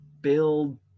build